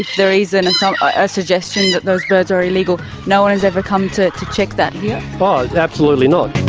if there is and so a suggestion that those birds are illegal, no one has ever come to to check that here? oh, absolutely not.